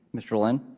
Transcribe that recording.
mr. lynn